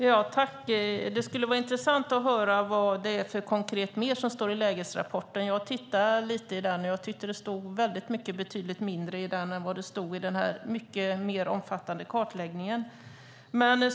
Herr talman! Det vore intressant att höra vad det är mer konkret som står i lägesrapporten. Jag har tittat i den. Jag tycker att det står mycket mindre i den än i den omfattande kartläggningen.